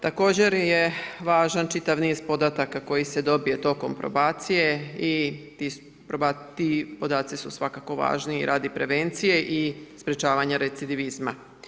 Također je važan čitav niz podataka koji se dobije tokom probacije i ti podaci su svakako važni i radi prevencije i sprječavanja recidivizma.